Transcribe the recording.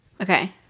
okay